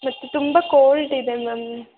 ಮತ್ತು ತುಂಬ ಕೋಲ್ಡ್ ಇದೆ ಮ್ಯಾಮ್